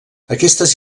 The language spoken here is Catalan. aquestes